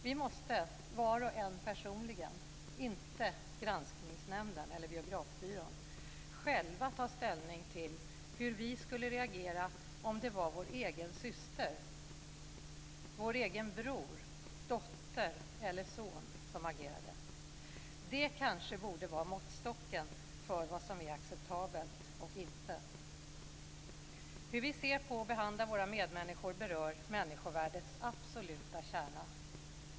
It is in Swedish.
Vi måste, var och en personligen - inte Granskningsnämnden eller Biografbyrån - själva ta ställning till hur vi skulle reagera om det var vår egen syster, vår egen bror, dotter eller son som agerade. Det kanske borde vara måttstocken för vad som är acceptabelt och inte. Hur vi ser på och behandlar våra medmänniskor berör människovärdets absoluta kärna.